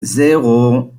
zéro